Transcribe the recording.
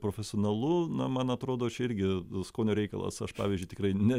profesionalu na man atrodo čia irgi skonio reikalas aš pavyzdžiui tikrai ne